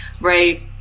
Right